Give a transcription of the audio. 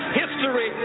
history